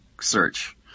search